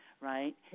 right